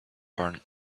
armed